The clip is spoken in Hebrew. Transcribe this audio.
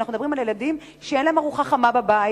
כי אנחנו מדברים על ילדים שאין להם ארוחה חמה בבית,